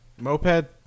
Moped